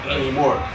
anymore